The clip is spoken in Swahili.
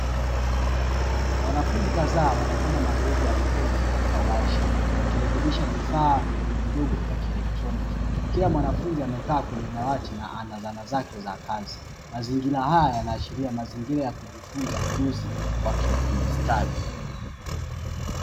Wanafunzi kadhaa wanafanya mazoezi ya vitendo katika warsha, wakirekebisha vifaa vidogovidogo vya kielektroniki. Kila mwanafunzi amekaa kwenye dawati na ana zana zake za kazi. Mazingira haya yanaashiria mazingira ya kujifunza ujuzi wa kiufundi stadi.